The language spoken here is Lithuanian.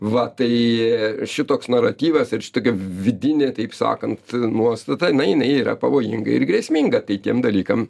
va tai šitoks naratyvas ir šitokia vidinė taip sakant nuostata na jinai yra pavojinga ir grėsminga tai tiem dalykam